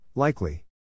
Likely